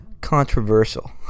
controversial